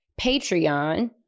Patreon